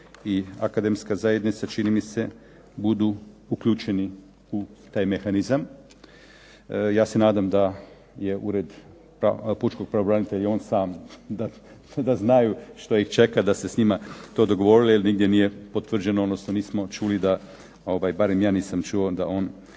i akademska zajednica čini mi se budu uključeni u taj mehanizam. Ja se nadam da je Ured pučkog pravobranitelja on sam da znaju što ih čeka, da se ste s njima to dogovorili jer nigdje nije potvrđeno, odnosno nismo čuli da barem ja nisam čuo da